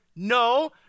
No